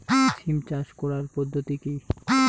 সিম চাষ করার পদ্ধতি কী?